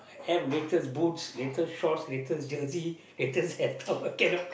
have latest boots latest shorts latest jersey latest hairstyle but cannot